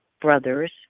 brothers